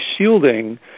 shielding